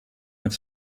met